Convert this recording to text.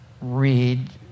read